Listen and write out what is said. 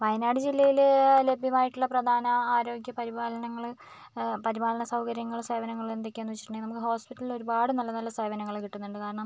വയനാട് ജില്ലയിലെ ലഭ്യമായിട്ടുള്ള പ്രധാന ആരോഗ്യേ പരിപാലനങ്ങൾ പരിപാലന സൗകര്യങ്ങൾ സേവനങ്ങളെന്തൊക്കെയാന്ന് വെച്ചിട്ടുണ്ടെങ്കിൽ നമുക്ക് ഹോസ്പിറ്റൽല് ഒരുപാട് നല്ല നല്ല സേവനങ്ങൾ കിട്ടുന്നുണ്ട് കാരണം